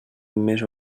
més